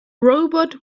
robot